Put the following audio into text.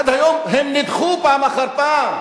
עד היום הם נדחו פעם אחר פעם.